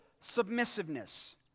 submissiveness